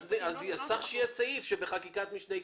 צריך שיהיה סעיף שבחקיקת משנה ייקבע.